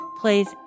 plays